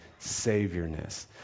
Saviorness